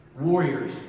warriors